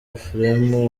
ephraim